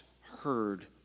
heard